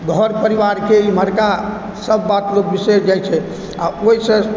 घर परिवारके एम्हरका सभ बात लोग बिसरि जाइ छै आओर ओहिसँ